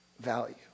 value